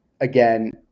again